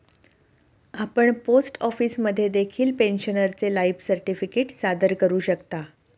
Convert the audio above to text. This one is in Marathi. आपण पोस्ट ऑफिसमध्ये देखील पेन्शनरचे लाईफ सर्टिफिकेट सादर करू शकता